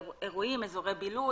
אזורי בילוי,